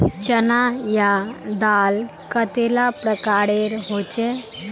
चना या दाल कतेला प्रकारेर होचे?